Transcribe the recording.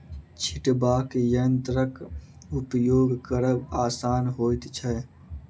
छिटबाक यंत्रक उपयोग करब आसान होइत छै